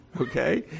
okay